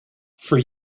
for